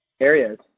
areas